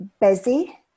busy